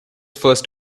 first